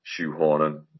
shoehorning